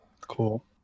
Cool